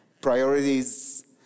priorities